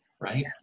right